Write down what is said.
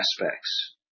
aspects